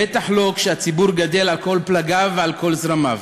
בטח לא כשהציבור גדל על כל פלגיו ועל כל זרמיו.